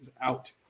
out